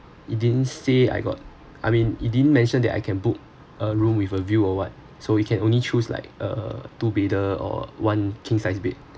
it didn't say I got I mean it didn't mention that I can book a room with a view or what so we can only choose like uh two bedder or one king size bed